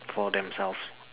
for themselves